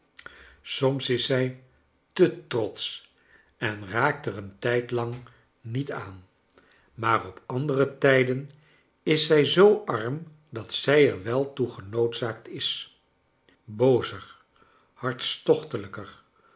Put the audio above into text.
soms is zij kleinb dorrit te trotsch en raakt er een tijd lang niet aan maar op andere tijden is zij zoo arm dat zij er wel toe genoodzaakt is boozer